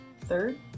Third